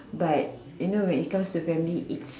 but you know when it comes to family is